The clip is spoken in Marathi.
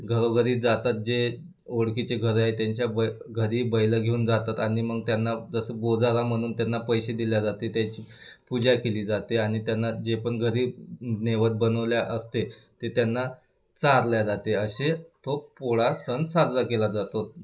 घरोघरी जातात जे ओळखीचे घर आहेत त्यांच्या बै घरी बैलं घेऊन जातात आणि मग त्यांना जसं बोजाारा म्हनून त्यांना पैसे दिल्या जाते त्याची पूजा केली जाते आणि त्यांना जे पण घरी नैवेद्य बनवल्या असते ते त्यांना चारल्या जाते असे तो पोळा सण साजरा केला जातो